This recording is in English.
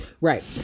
Right